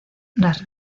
las